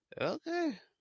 Okay